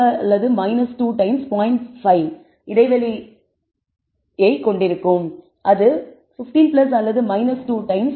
5 confidence interval நாம் உருவாக்க முடியும் அது 15 அல்லது 2 டைம்ஸ் 0